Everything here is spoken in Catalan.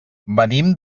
venim